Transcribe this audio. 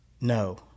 no